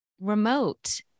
remote